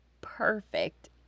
perfect